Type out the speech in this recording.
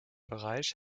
bereich